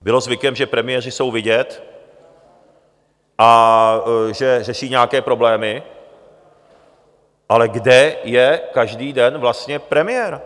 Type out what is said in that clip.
Bylo zvykem, že premiéři jsou vidět a že řeší nějaké problémy, ale kde je každý den vlastně premiér?